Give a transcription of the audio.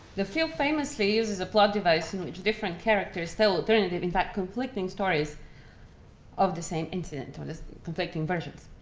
the film famously uses a plot device in which different characters tell alternative, in fact conflicting stories of the same incident ah or conflicting versions.